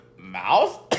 mouth